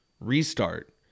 Restart